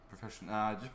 professional